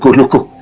look.